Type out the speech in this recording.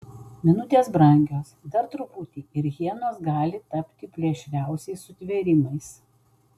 minutės brangios dar truputį ir hienos gali tapti plėšriausiais sutvėrimais